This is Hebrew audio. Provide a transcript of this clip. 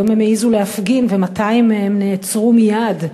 היום הם העזו להפגין ו-200 מהם נעצרו מייד,